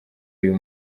uyu